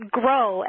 grow